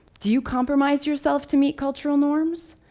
do you compromise yourself to meet cultural norms?